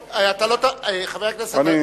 זאביק,